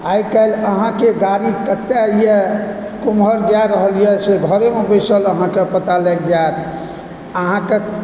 आइकाल्हि अहाँकेँ गाड़ी कतऽ यऽ केम्हर जा रहल यऽ से घरेमे बैसल अहाँकेँ पता लागि जायत अहाँकेँ